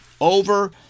over